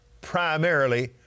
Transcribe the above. primarily